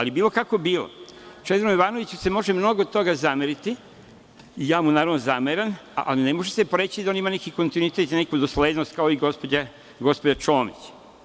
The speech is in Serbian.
Bilo kako bilo, Čedomiru Jovanoviću se može mnogo toga zameriti i ja mu zameram, ali ne može se poreći da on ima neki kontinuitet i neku doslednost kao i gospođa Čomić.